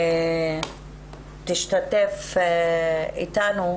תשתתף איתנו,